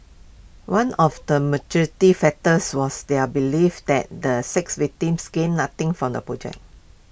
one of the maturative factors was their belief that the six victims gained nothing from the project